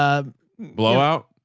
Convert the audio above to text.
a blowout.